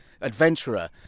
adventurer